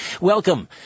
Welcome